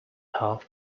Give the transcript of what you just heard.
half